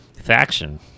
faction